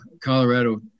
Colorado